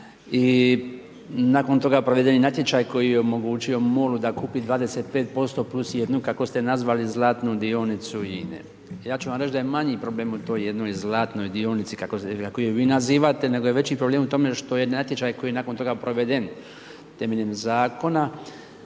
i nakon toga proveden je natječaj koji je omogućio MOL-u da kupi 25% plus jednu kako ste nazvali zlatnu dionicu INA-e. Ja ću vam reći da je manji problem u toj jednoj zlatnoj dionici, kako ju vi nazivate, nego je veći problem u tome što ej natječaj koji je nakon toga proveden temeljem zakona